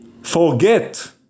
Forget